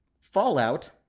fallout